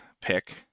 pick